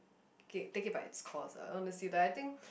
okay take it by its course ah honestly but I think